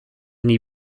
then